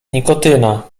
nikotyna